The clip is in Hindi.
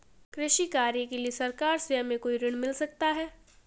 कृषि कार्य के लिए सरकार से हमें कोई ऋण मिल सकता है?